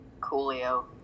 Coolio